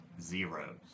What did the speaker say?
zeros